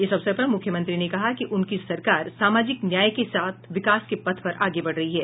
इस अवसर पर मूख्यमंत्री ने कहा कि उनकी सरकार सामाजिक न्याय के साथ विकास के पथ पर आगे बढ़ रही है